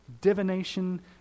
divination